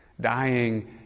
dying